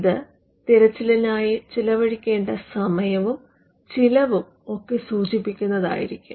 ഇത് തിരച്ചിലിനായി ചിലവഴിക്കേണ്ട സമയവും ചിലവും ഒക്കെ സൂചിപ്പിക്കുന്നതായിരിക്കും